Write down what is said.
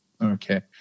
Okay